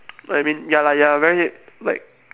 I mean ya lah ya lah very like